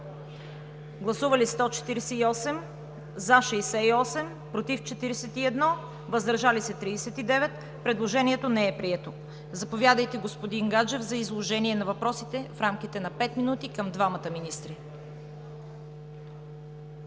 представители: за 68, против 41, въздържали се 39. Предложението не е прието. Заповядайте, господин Гаджев, за изложение на въпросите в рамките на пет минути към двамата министри.